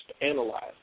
Analyze